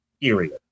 Period